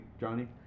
Johnny